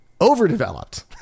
overdeveloped